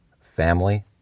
family